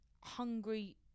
hungry